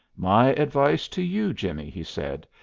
my advice to you, jimmie, he said,